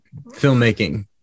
filmmaking